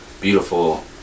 beautiful